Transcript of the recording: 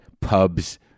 pubs